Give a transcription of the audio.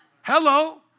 Hello